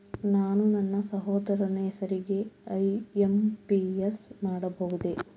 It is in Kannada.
ನಾನು ನನ್ನ ಸಹೋದರನ ಹೆಸರಿಗೆ ಐ.ಎಂ.ಪಿ.ಎಸ್ ಮಾಡಬಹುದೇ?